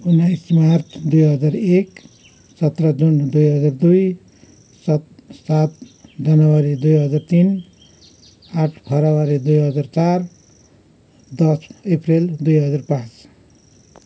उन्नाइस मार्च दुई हजार एक सत्र जुन दुई हजार दुई सत सात जनवरी दुई हजार तिन आठ फरवरी दुई हजार चार दस एप्रेल दुई हजार पाँच